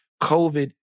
COVID